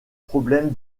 problème